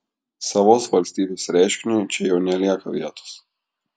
savos valstybės reiškiniui čia jau nelieka vietos